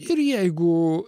ir jeigu